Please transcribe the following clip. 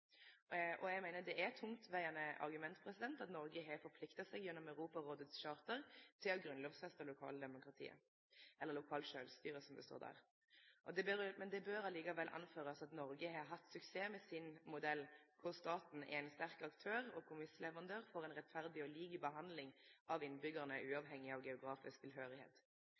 Eg meiner det er eit tungtvegande argument at Noreg har forplikta seg gjennom Europarådets charter til å grunnlovfesta lokaldemokratiet, eller lokalt sjølvstyre, som det står der. Men det bør likevel nemnast at Noreg har hatt suksess med sin modell, der staten er ein sterk aktør og premissleverandør for ei rettferdig og lik behandling av innbyggjarane, uavhengig av geografisk